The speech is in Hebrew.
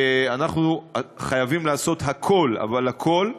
שאנחנו חייבים לעשות הכול, אבל הכול,